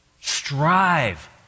Strive